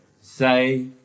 say